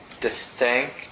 distinct